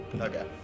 Okay